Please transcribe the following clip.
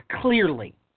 clearly